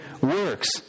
works